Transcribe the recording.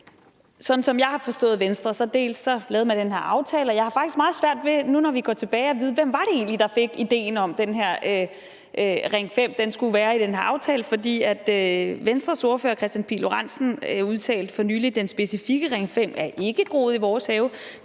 sådan som jeg har forstået Venstre, så lavede man den her aftale, hvor jeg faktisk har meget svært ved, nu når vi går tilbage, at se, hvem det egentlig var, der fik ideen til, at den her Ring 5 skulle være i den her aftale. Venstres ordfører Kristian Pihl Lorentzen udtalte for nylig, at den specifikke Ring 5 ikke var groet i deres have.